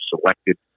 selected